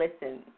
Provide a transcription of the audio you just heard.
listen